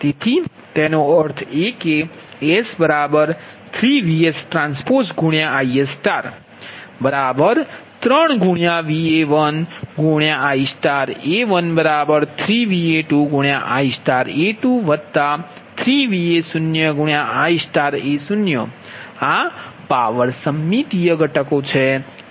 તેથી તેનો અર્થ એ કે S3VsTIs3 Va1Ia13Va2 Ia23Va0Ia0 આ પાવર સમમિતીય ઘટકો છે